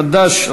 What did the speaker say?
חד"ש,